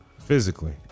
Physically